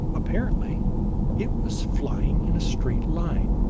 apparently it was flying in a straight line,